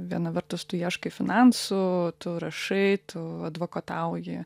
viena vertus tu ieškai finansų tu rašai tu advokatauji